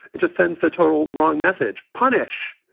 it just sends the total wrong message. punish,